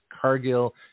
Cargill